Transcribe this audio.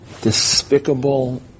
despicable